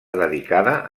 dedicada